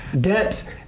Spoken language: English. Debt